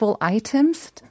Items